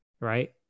right